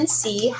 see